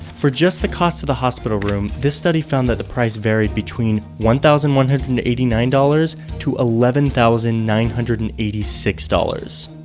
for just the cost of the hospital room, this study found that the price varied between one thousand one hundred and eighty nine dollars and eleven thousand nine hundred and eighty six dollars.